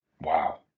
Wow